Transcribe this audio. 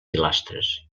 pilastres